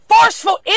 forceful